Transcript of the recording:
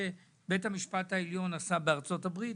שבית המשפט העליון עשה בארצות הברית.